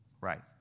Right